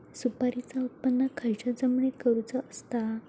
सुपारीचा उत्त्पन खयच्या जमिनीत करूचा असता?